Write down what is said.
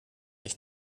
ich